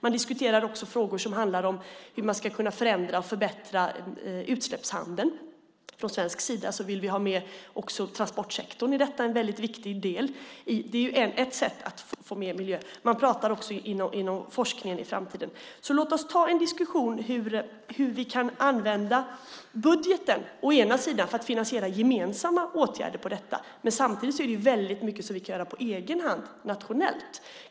Man diskuterar också frågor som handlar om hur man ska kunna förändra och förbättra utsläppshandeln. Från svensk sida vill vi ha med också transportsektorn i detta som en viktig del. Det är ju ett sätt att få med miljön. Man kommer också att prata om detta inom forskningen i framtiden. Låt oss ta en diskussion om hur vi kan använda budgeten för att finansiera gemensamma åtgärder på det här området. Samtidigt är det ju väldigt mycket som vi kan göra på egen hand nationellt.